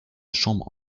chambre